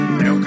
no